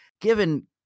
given